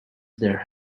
there